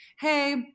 Hey